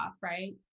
right